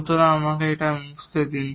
সুতরাং আমাকে এটি মুছতে দিন